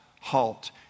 HALT